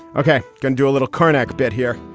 okay. can do a little karnik bit here.